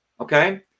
Okay